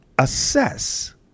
Assess